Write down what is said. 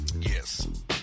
Yes